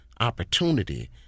opportunity